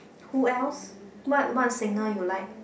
who else what what singer you like